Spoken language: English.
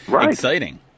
exciting